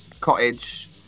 Cottage